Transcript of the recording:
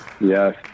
Yes